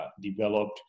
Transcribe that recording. developed